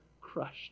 crushed